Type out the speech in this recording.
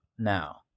now